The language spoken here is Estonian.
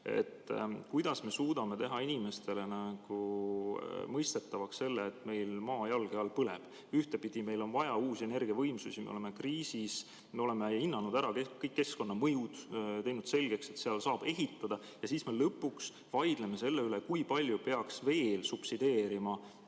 Kuidas me suudame teha inimestele mõistetavaks, et meil maa jalge all põleb? Ühtepidi meil on vaja uusi energiavõimsusi, me oleme kriisis, me oleme hinnanud ära kõik keskkonnamõjud, teinud selgeks, et seal saab ehitada, ja siis lõpuks vaidleme selle üle, kui palju peaks veel subsideerima